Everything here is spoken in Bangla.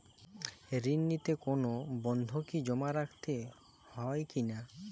ঋণ নিতে কোনো বন্ধকি জমা রাখতে হয় কিনা?